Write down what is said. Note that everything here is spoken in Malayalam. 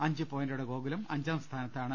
അഞ്ച് പോയിന്റോടെ ഗോകുലം അഞ്ചാം സ്ഥാന ത്താണ്